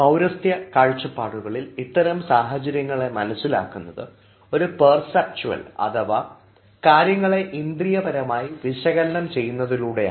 പൌരസ്ത്യ കാഴ്ചപ്പാടുകളിൽ ഇതിൽ ഇത്തരം സാഹചര്യങ്ങളെ മനസ്സിലാക്കുന്നത് ഒരു പെർസെപ്ച്വൽ അഥവാ കാര്യങ്ങളെ ഇന്ദ്രിയപരമായി വിശകലനം ചെയ്യുന്നതിലൂടെയാണ്